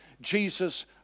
Jesus